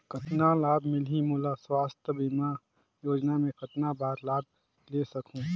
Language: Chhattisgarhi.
कतना लाभ मिलही मोला? स्वास्थ बीमा योजना मे कतना बार लाभ ले सकहूँ?